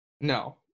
no